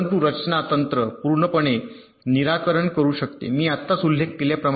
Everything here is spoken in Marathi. परंतु रचना तंत्र पूर्णपणे निराकरण करू शकते मी आत्ताच उल्लेख केल्याप्रमाणे समस्या